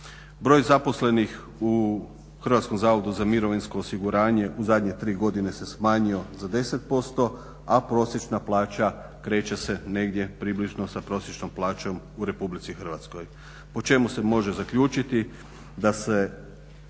Broj zaposlenih u Hrvatskom zavodu za mirovinsko osiguranje u zadnje tri godine se smanjio za 10%, a prosječna plaća kreće se negdje približno sa prosječnom plaćom u RH. Po čemu se može zaključiti